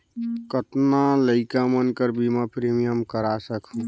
कतना लइका मन कर बीमा प्रीमियम करा सकहुं?